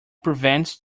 prevents